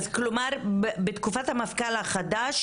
אז בתקופת המפכ"ל החדש